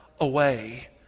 away